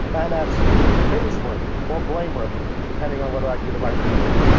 and that's praise worthy, or blame worthy, depending on whether i do the right thing or not.